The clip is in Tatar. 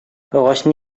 агачны